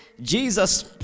Jesus